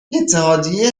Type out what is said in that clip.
اتحادیه